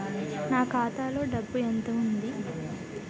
నా ఖాతాలో డబ్బు ఎంత ఉంది?